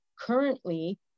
currently